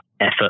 effort